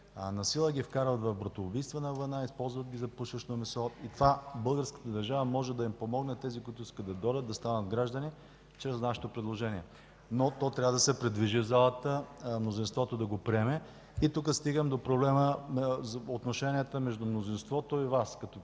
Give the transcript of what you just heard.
Насила ги вкарват в братоубийствена война, използват ги за пушечно месо и с това българската държава може да им помогне – тези, които искат да дойдат, да станат граждани, чрез нашето предложение. Но то трябва да се придвижи в залата, мнозинството да го приеме. Тук стигам до проблема за отношенията между мнозинството и Вас, като